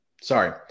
Sorry